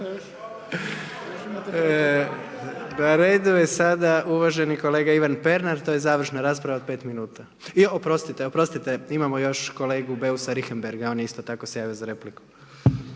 Na redu je sada uvaženi kolega Ivan Pernar, to je završna rasprava od 5 minuta. Oprostite, oprostite imamo još kolegu Beusa Richembergha on je isto tako se javio za repliku.